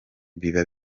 biba